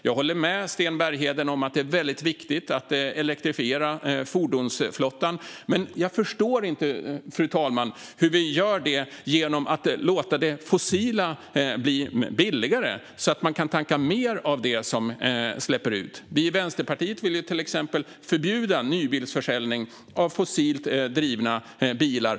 Jag håller med Sten Bergheden om att det är väldigt viktigt att elektrifiera fordonsflottan. Men jag förstår inte, fru talman, hur vi gör det genom att låta det fossila bli billigare, så att man kan tanka mer av det som ger utsläpp. Vi i Vänsterpartiet vill till exempel förbjuda nybilsförsäljning av fossilt drivna bilar.